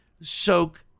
soak